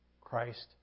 Christ